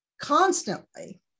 constantly